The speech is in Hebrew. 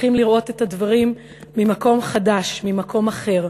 צריכים לראות את הדברים ממקום חדש, ממקום אחר.